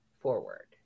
forward